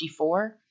54